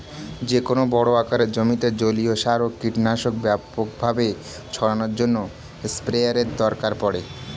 যেকোনো বড় আকারের জমিতে জলীয় সার ও কীটনাশক ব্যাপকভাবে ছড়ানোর জন্য স্প্রেয়ারের দরকার পড়ে